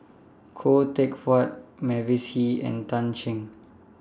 Khoo Teck Puat Mavis Hee and Tan Shen